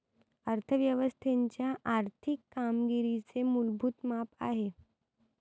अर्थ व्यवस्थेच्या आर्थिक कामगिरीचे मूलभूत माप आहे